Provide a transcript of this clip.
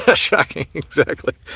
ah shocking, exactly.